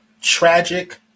tragic